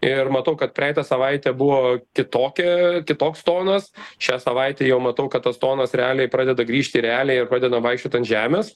ir matau kad praeitą savaitę buvo kitokia kitoks tonas šią savaitę jau matau kad tas tonas realiai pradeda grįžti į realiją ir pradedam vaikščiot ant žemės